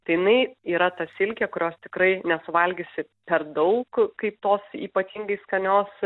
tai jinai yra ta silkė kurios tikrai nesuvalgysi per daug kaip tos ypatingai skanios